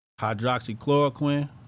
Hydroxychloroquine